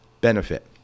Benefit